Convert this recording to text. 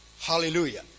Hallelujah